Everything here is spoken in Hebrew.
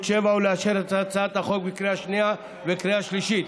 7 ולאשר את הצעת החוק בקריאה שנייה וקריאה שלישית.